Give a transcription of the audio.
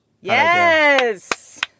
yes